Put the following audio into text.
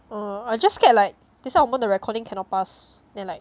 oh I just scared like 等一下我们的 recording cannot pass then like